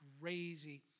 crazy